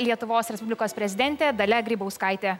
lietuvos respublikos prezidentė dalia grybauskaitė